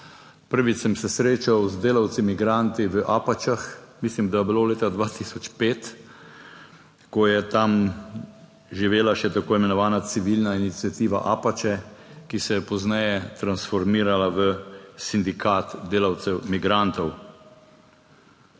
Prvič sem se srečal z delavci migranti v Apačah. Mislim, da je bilo leta 2005, ko je tam živela še tako imenovana civilna iniciativa Apače, ki se je pozneje transformirala v Sindikat delavcev migrantov.